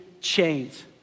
chains